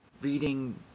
reading